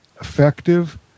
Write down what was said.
effective